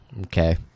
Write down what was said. Okay